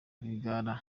rwigara